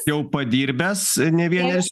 jau padirbęs ne vienerius